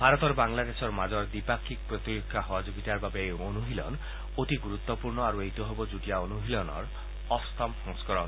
ভাৰত আৰু বাংলাদেশৰ মাজত দ্বিপাক্ষিক প্ৰতিৰক্ষা সহযোগিতাৰ বাবে এই অনুশীলন অতি গুৰুত্পূৰ্ণ আৰু এইটো হ'ব যুটীয়া অনুশীলনৰ অষ্টম সংস্থৰণ